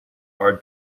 are